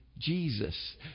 Jesus